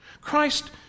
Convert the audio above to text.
Christ